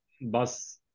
bus